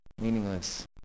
Meaningless